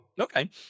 okay